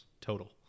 total